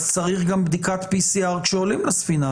צריך גם בדיקת PCR כשעולים לספינה.